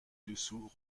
dessous